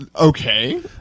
okay